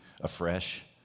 afresh